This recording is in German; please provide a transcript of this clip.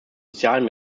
sozialen